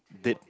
did